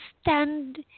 stand